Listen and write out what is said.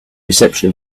reception